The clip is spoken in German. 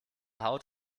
haut